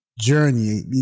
journey